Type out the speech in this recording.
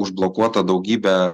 užblokuota daugybė